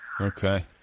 Okay